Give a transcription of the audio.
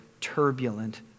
turbulent